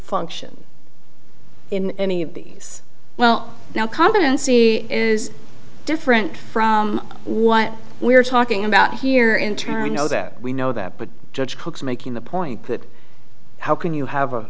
function in any case well now competency is different from what we're talking about here in turn know that we know that but judge cook's making the point that how can you have a